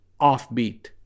offbeat